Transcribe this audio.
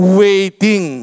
waiting